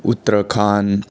Uttarakhand